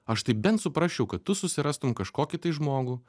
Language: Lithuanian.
aš tai bent suprasčiau kad tu susirastum kažkokį tai žmogų